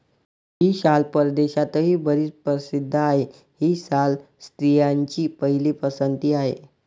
ही शाल परदेशातही बरीच प्रसिद्ध आहे, ही शाल स्त्रियांची पहिली पसंती आहे